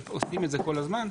עושים את זה כל הזמן,